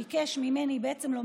אני מבקש לאפשר לנציגת הממשלה,